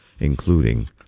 including